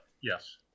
yes